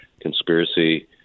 conspiracy